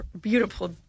beautiful